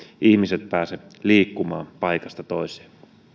ihmiset pääse liikkumaan paikasta toiseen